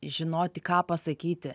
žinoti ką pasakyti